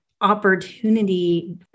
opportunity